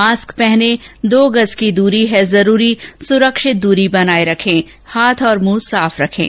mask पहनें दो गज़ की दूरी है जरूरी सुरक्षित दूरी बनाए रखें हाथ और मुंह साफ रखें